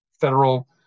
federal